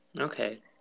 Okay